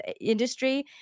industry